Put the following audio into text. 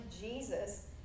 Jesus